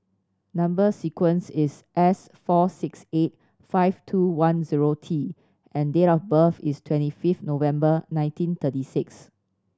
number sequence is S four six eight five two one zero T and date of birth is twenty fifth November nineteen thirty six